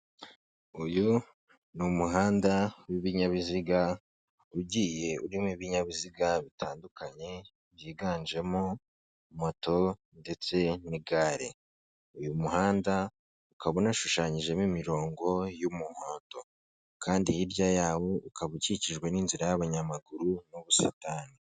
Uyu ni umuhanda w'ibinyabiziga ugiye urimo ibinyabiziga bitandukanye byiganjemo moto ndetse n'igare, uyu muhanda ukaba unashushanyijemo imirongo y'umuhondo kandi hirya yawo ukaba ukikijwe n'inzira y'abanyamaguru n'ubusitani.